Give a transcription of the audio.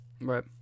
Right